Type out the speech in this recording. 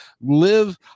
live